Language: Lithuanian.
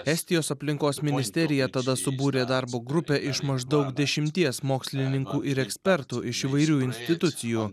estijos aplinkos ministerija tada subūrė darbo grupę iš maždaug dešimties mokslininkų ir ekspertų iš įvairių institucijų